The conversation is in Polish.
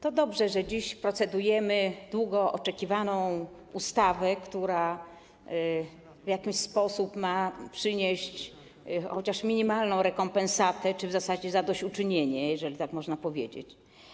To dobrze, że dziś procedujemy nad długo oczekiwaną ustawą, która w jakiś sposób ma przynieść chociaż minimalną rekompensatę czy w zasadzie zadośćuczynienie, jeżeli tak można powiedzieć.